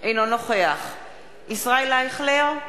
אינו נוכח ישראל אייכלר,